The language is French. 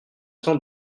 temps